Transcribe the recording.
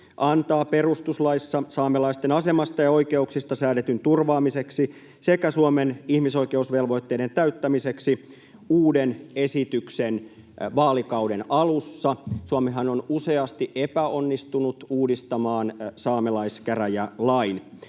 antaa perustuslaissa saamelaisten asemasta ja oikeuksista säädetyn turvaamiseksi sekä Suomen ihmisoikeusvelvoitteiden täyttämiseksi uuden esityksen vaalikauden alussa. Suomihan on useasti epäonnistunut uudistamaan saamelaiskäräjälain.